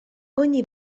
ogni